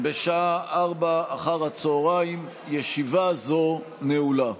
בשעה 16:00. ישיבה זו נעולה.